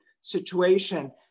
situation